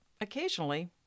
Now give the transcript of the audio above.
occasionally